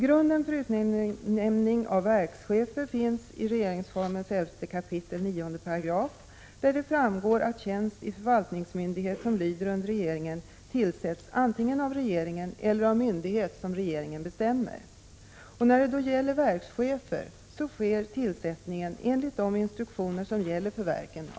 Grunden för utnämning av verkschefer finns i regeringsformens 11 kap. 9 §, där det framgår att tjänst i förvaltningsmyndighet som lyder under regeringen tillsätts antingen av regeringen eller av myndighet som regeringen bestämmer. Regeringen tillsätter då verkschefer enligt de instruktioner som gäller för verken.